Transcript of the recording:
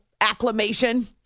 Acclamation